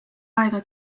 aega